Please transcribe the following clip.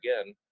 again